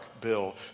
bill